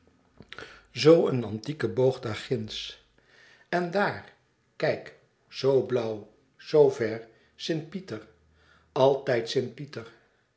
zoo een antieke boog daarginds en daar kijk zoo blauw zoo ver st pieter altijd st pieter